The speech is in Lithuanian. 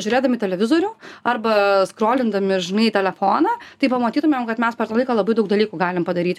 žiūrėdami televizorių arba skrolindami žinai telefoną tai pamatytumėm kad mes per tą laiką labai daug dalykų galim padaryti